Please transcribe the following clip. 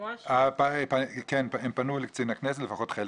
לפחות חלק מהם פנו לקצין הכנסת.